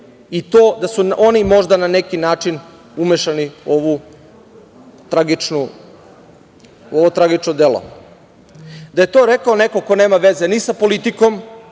i to da su oni možda na neki način umešani u ovo tragično delo. Da je to rekao neko ko nema veze ni sa politikom,